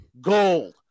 gold